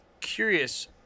curious